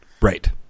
Right